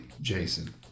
Jason